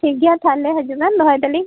ᱴᱷᱤᱠ ᱜᱮᱭᱟ ᱛᱟᱦᱚᱞᱮ ᱦᱤᱡᱩᱜ ᱵᱮᱱ ᱫᱚᱦᱚᱭ ᱮᱫᱟᱹᱞᱤᱧ